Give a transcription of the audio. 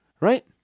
right